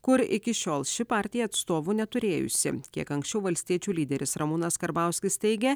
kur iki šiol ši partija atstovų neturėjusi kiek anksčiau valstiečių lyderis ramūnas karbauskis teigia